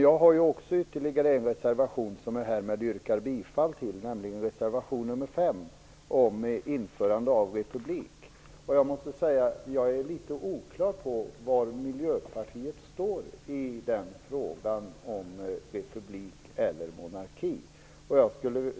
Jag har ytterligare en reservation som jag härmed yrkar bifall till, nämligen reservation 5, om införande av republik. Jag är litet oklar på var Miljöpartiet står i frågan om republik eller monarki. Jag skulle